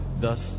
thus